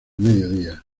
mediodía